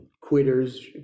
quitters